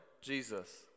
Jesus